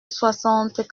soixante